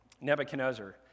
Nebuchadnezzar